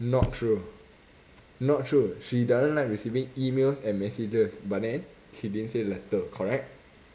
not true not true she doesn't like receiving emails and messages but then she didn't say letter correct